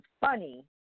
funny